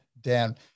Dan